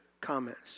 comments